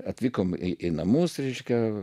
atvykome į namus reiškia